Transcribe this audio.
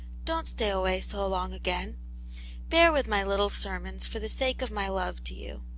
don't stay away so long again bear with my little sermons for the sake of my love to you.